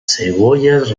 cebollas